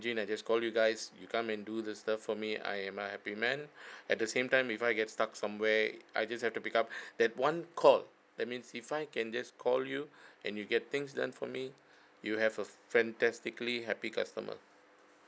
engine I just call you guys you come and do the stuff for me I am a happy man at the same time if I get stuck somewhere I just have to pick up that one call that means if I can just call you and you get things done for me you have a fantastically happy customer